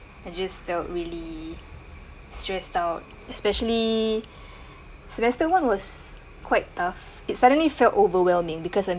I just felt really stressed out especially semester one was quite tough it suddenly felt overwhelming because I'm